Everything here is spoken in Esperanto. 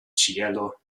ĉielo